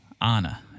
Anna